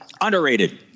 Underrated